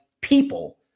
people